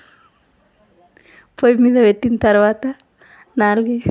పొయ్యి మీద పెట్టిన తరువాత న